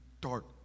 dark